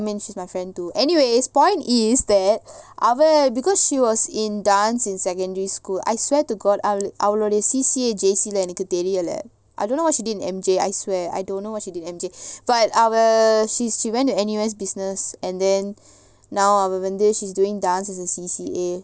ya I mean she's my friend too anyways point is that அவ:ava because she was in dance in secondary school I swear to god அவளுடைய:avaludaya C_C_A எனக்குதெரியல:enaku theriyala I don't know what she didn't M_J I swear I don't know what she did in M_J but um she's she went to N_U_S business and then now அவவந்து:ava vandhu she's doing dance as a C_C_A